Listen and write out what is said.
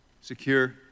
secure